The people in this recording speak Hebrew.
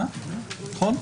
מהמשטרה.